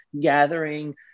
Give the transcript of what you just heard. gathering